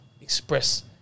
express